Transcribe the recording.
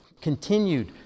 continued